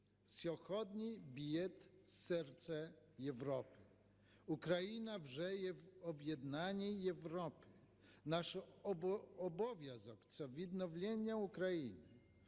сьогодні б'ється серце Європи. Україна уже є в об'єднаній Європі. Наш обов'язок – це відновлення України.